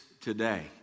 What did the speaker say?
today